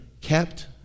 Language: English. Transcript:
kept